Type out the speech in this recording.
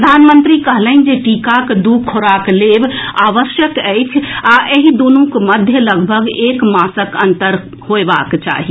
प्रधानमंत्री कहलनि जे टीकाक दू खोराक लेब आवश्यक अछि आ एहि दुनूक मध्य लगभग एक मासक अंतर होएबाक चाही